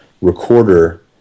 recorder